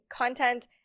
content